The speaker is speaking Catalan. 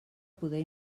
poder